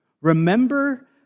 Remember